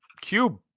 cube